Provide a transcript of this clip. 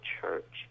church